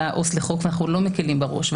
העובד הסוציאלי לחוק הנוער ואנחנו לא מקלים בה ראש.